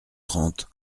trente